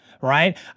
Right